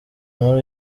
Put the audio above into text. nkuru